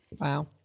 Wow